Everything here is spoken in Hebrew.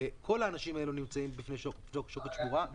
כל האנשים האלה נמצאים בפני שוקת שבורה.